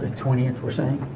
twentieth we're saying